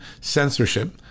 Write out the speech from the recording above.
censorship